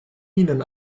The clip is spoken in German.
minen